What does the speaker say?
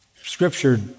Scripture